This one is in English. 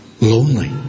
lonely